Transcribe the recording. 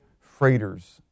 freighters